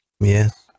Yes